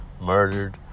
murdered